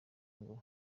ngo